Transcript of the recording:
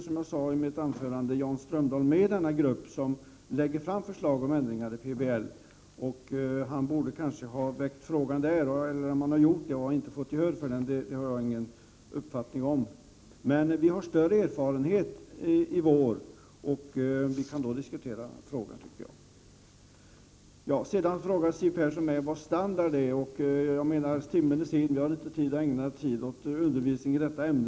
Som jag sade i mitt anförande sitter Jan Strömdahl med i den grupp som lägger fram förslag om ändringar i PBL. Han borde kanske ha väckt frågan där. Jag känner inte till om han har gjort det och inte fått gehör för sin uppfattning. Men vi kommer att ha större erfarenhet under våren, och vi kan då diskutera frågan, tycker jag. Siw Persson frågar mig vad standard är. Timmen är sen, och jag menar att vi inte kan ägna tid åt undervisning i detta ämne.